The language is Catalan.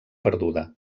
perduda